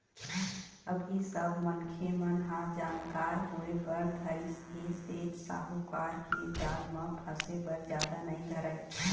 अभी सब मनखे मन ह जानकार होय बर धरिस ऐ सेठ साहूकार के जाल म फसे बर जादा नइ धरय